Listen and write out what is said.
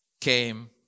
came